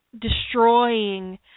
destroying